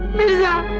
mirza.